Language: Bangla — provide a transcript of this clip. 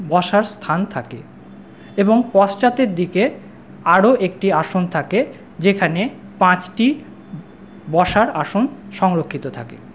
বসার স্থান থাকে এবং পশ্চাতের দিকে আরো একটি আসন থাকে যেখানে পাঁচটি বসার আসন সংরক্ষিত থাকে